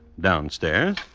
Downstairs